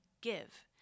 give